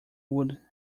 would